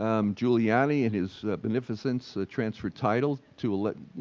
um giuliani and his beneficence transfer title to a, you